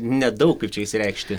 nedaug kaip čia išsireikšti